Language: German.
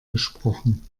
gesprochen